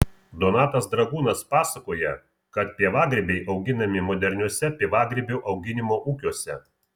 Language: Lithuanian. donatas dragūnas pasakoja kad pievagrybiai auginami moderniuose pievagrybių auginimo ūkiuose